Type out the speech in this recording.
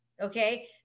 okay